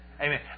Amen